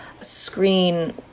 screen